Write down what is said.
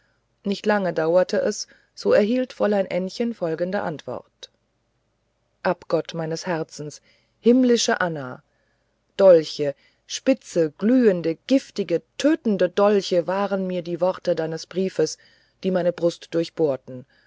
nicht lange dauerte es so erhielt fräulein ännchen folgende antwort abgott meines herzens himmlische anna dolche spitze glühende giftige tötende dolche waren mir die worte deines briefes die meine brust durchbohrten